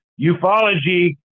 ufology